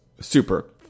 super